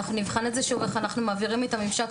אנחנו נבחן את זה שוב איך אנחנו מעבירים את הממשק,